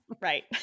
right